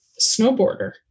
snowboarder